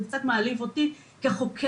זה קצת מעליב אותי כחוקרת.